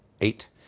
eight